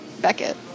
Beckett